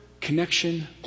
connection